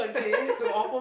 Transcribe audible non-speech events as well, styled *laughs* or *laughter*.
*laughs*